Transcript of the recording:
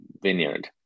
vineyard